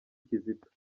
kizito